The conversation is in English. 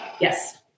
Yes